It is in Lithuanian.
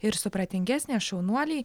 ir supratingesnės šaunuoliai